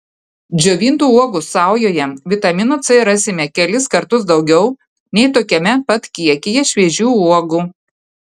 džiovintų uogų saujoje vitamino c rasime kelis kartus daugiau nei tokiame pat kiekyje šviežių uogų